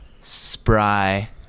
spry